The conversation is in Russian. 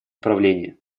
управления